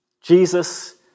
Jesus